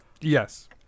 Yes